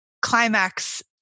Climax